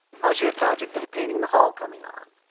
how's your project of painting the hall coming on?